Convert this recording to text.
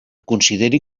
consideri